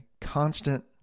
constant